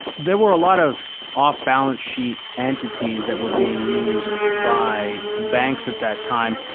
there were a lot of off balance sheet entities that were being used by banks at that time.